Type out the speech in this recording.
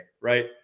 right